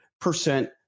percent